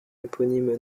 éponyme